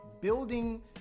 building